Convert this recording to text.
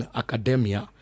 academia